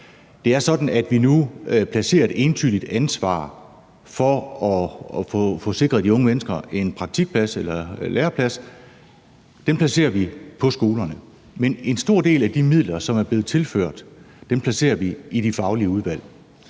Det er sådan, at vi nu har placeret et entydigt ansvar for at få sikret de unge mennesker en læreplads. Det placerer vi på skolerne. Men en stor del af de midler, som er blevet tilført, placerer vi i de faglige udvalg.